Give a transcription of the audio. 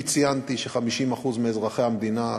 ציינתי ש-50% מאזרחי המדינה,